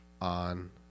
On